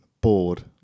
bored